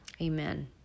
Amen